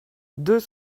deux